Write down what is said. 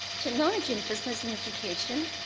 technology in business and education,